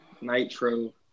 Nitro